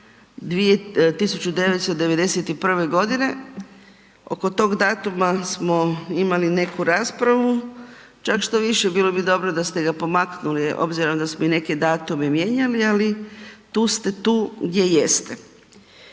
1991. g. Oko tog datuma smo imali neku raspravu, čak štoviše bilo bi dobro da ste ga pomaknuli obzirom da smo i neke datume mijenjali, ali tu ste tu gdje jeste.